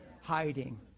hiding